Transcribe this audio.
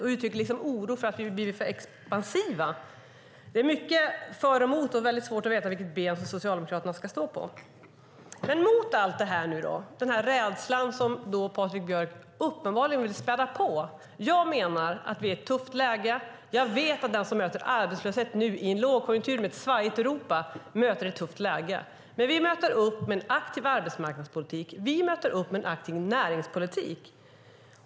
Man uttrycker oro för att vi är för expansiva. Det är mycket för och emot, och det är svårt att veta vilket ben Socialdemokraterna står på. Jag menar att det är ett tufft läge. Jag vet att den som möter arbetslöshet i en lågkonjunktur med ett svajigt Europa möter ett tufft läge. Mot den rädsla som Patrik Björck uppenbarligen vill spä på möter vi upp med en aktiv arbetsmarknadspolitik. Vi möter upp med en aktiv näringspolitik.